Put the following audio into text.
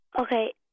Okay